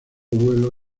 vuelo